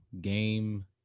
game